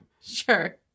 Sure